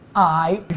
i